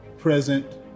present